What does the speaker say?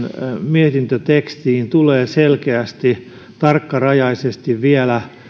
mietintötekstiin tulee vielä selkeästi tarkkarajaisesti